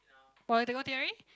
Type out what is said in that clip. political theory